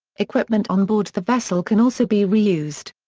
equipment on board the vessel can also be reused.